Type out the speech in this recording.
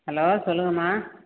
hello சொல்லுங்கம்மா